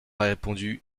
répondu